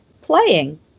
playing